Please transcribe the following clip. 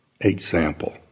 example